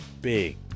big